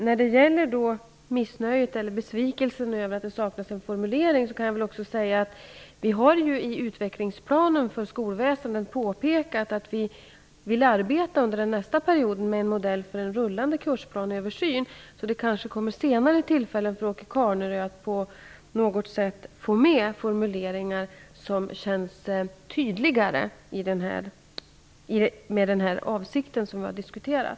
När det gäller missnöjet med eller besvikelsen över att det saknas en formulering kan jag säga att vi i utvecklingsplanen för skolväsendet har påpekat att vi under nästa period vill arbeta med en modell för en rullande kursplaneöversyn. Det kan alltså senare kanske bli tillfälle för Åke Carnerö att på något sätt få med formuleringar vilka han känner kan tydligare ge uttryck för den avsikt som vi har diskuterat.